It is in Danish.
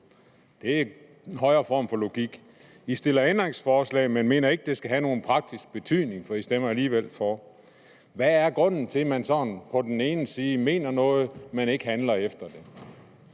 Det er en højere form for logik. Dansk Folkeparti stiller ændringsforslag, men mener ikke, det skal have nogen praktisk betydning, for man stemmer alligevel for. Hvad er grunden til, at man sådan på den ene side mener noget, men på den anden side